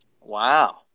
Wow